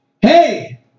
Hey